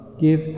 give